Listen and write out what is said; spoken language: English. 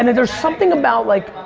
and there's something about like,